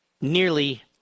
nearly